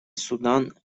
судан